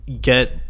get